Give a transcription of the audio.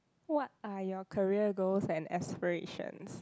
what are your career goals and aspirations